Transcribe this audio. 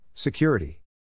Security